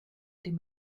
dem